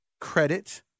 credit